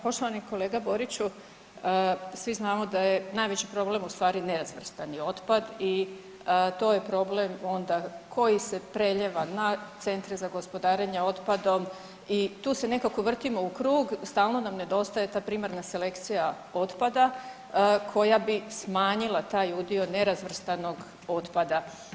Poštovani kolega Boriću, svi znamo da je najveći problem u stvari nerazvrstani otpad i to je problem onda koji se preljeva na Centre za gospodarenje otpadom i tu se nekako vrtimo u krug, stalno nam nedostaje ta primarna selekcija otpada koja bi smanjila taj udio nerazvrstanog otpada.